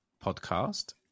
podcast